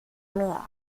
mir